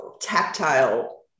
tactile